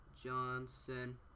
Johnson